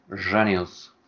Genius